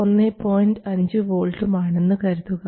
5 V ഉം ആണെന്ന് കരുതുക